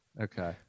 Okay